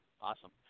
Awesome